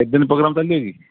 କେତ ଦିନ ପ୍ରୋଗ୍ରାମ୍